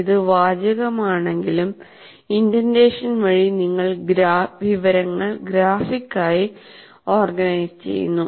ഇത് വാചകമാണെങ്കിലും ഇൻഡന്റേഷൻ വഴി നിങ്ങൾ വിവരങ്ങൾ ഗ്രാഫിക്കായി ഓർഗനൈസുചെയ്യുന്നു